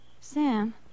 Sam